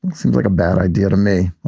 seems like a bad idea to me.